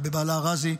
ובבעלה רזי.